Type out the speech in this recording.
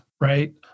right